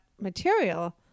material